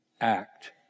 Act